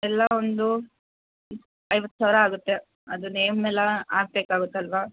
ಎಲ್ಲ ಒಂದು ಐವತ್ತು ಸಾವಿರ ಆಗುತ್ತೆ ಅದು ನೇಮ್ ಎಲ್ಲ ಹಾಕ್ಬೇಕಾಗುತ್ತಲ್ವಾ